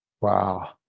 Wow